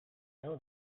know